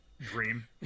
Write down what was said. dream